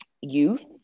youth